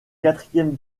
quatrième